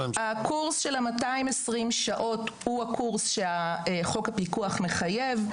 הקורס של 220 השעות הוא הקורס שחוק הפיקוח מחייב,